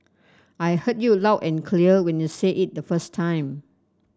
I heard you loud and clear when you said it the first time